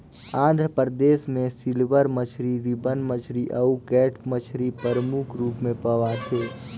आंध्र परदेस में सिल्वर मछरी, रिबन मछरी अउ कैट मछरी परमुख रूप में पवाथे